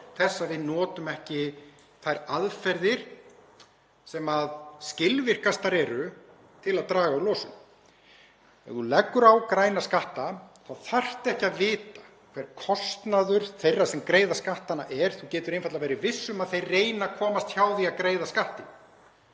mjög að við notum ekki þær aðferðir sem skilvirkastar eru til að draga úr losun. Ef þú leggur á græna skatta þarftu ekki að vita hver kostnaður þeirra sem greiða skattana er. Þú getur einfaldlega verið viss um að þeir reyni að komast hjá því að greiða skattinn